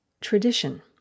tradition